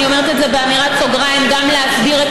ואני אומרת את זה באמירת סוגריים: אין שאלה שצריך גם להסדיר את